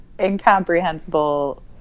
incomprehensible